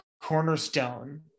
cornerstone